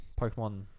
Pokemon